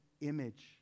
image